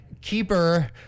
keeper